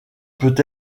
peut